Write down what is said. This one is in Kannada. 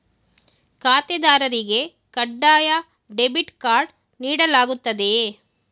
ಖಾತೆದಾರರಿಗೆ ಕಡ್ಡಾಯ ಡೆಬಿಟ್ ಕಾರ್ಡ್ ನೀಡಲಾಗುತ್ತದೆಯೇ?